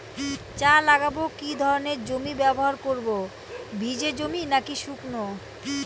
চা লাগাবো কি ধরনের জমি ব্যবহার করব ভিজে জমি নাকি শুকনো?